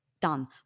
done